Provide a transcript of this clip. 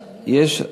יש,